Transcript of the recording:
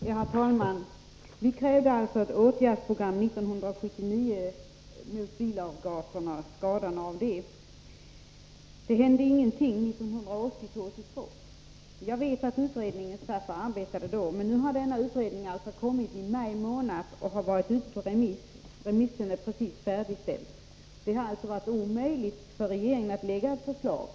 Herr talman! Vi krävde ett åtgärdsprogram mot skadorna av bilavgaser år 1979. Men det hände inte någonting under åren 1980-1982. Jag vet att utredningen satt och arbetade då, men nu har denna utredning i maj månad kommit med sitt betänkande, som varit ute på remiss — remisserna har just sammanställts. Det har alltså varit omöjligt för regeringen att lägga fram ett förslag.